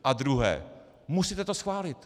A druhé: Musíte to schválit!